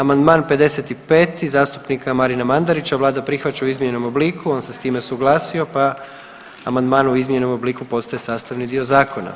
Amandman 55. zastupnika Marina Mandarića vlada prihvaća u izmijenjenom obliku, on se s time suglasio pa amandman u izmijenjenom obliku postaje sastavni dio zakona.